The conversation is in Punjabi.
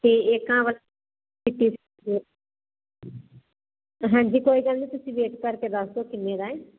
ਤੇ ਇਕ ਆਹ ਵਾਲਾ ਹਾਂਜੀ ਕੋਈ ਗੱਲ ਨਹੀਂ ਤੁਸੀਂ ਵੇਟ ਕਰਕੇ ਦੱਸ ਦੋ ਕਿੰਨੇ ਦਾ ਏ